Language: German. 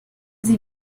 sie